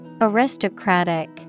aristocratic